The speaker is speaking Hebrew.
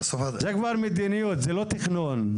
זו כבר מדיניות, זה לא תכנון.